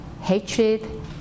hatred